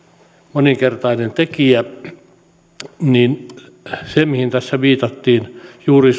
moninkertainen tekijä se mihin tässä viitattiin on että juuri